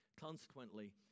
Consequently